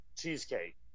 Cheesecake